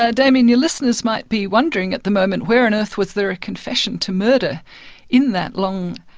ah damien, your listeners might be wondering at the moment where on earth was there a confession to murder in that long